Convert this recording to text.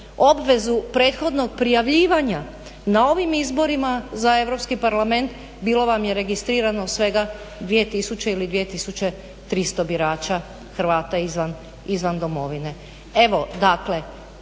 obvezu prethodnog prijavljivanja na ovim izborima za Europski parlament bilo vam je registrirano svega 2000 ili 2300 birača Hrvata izvan domovine.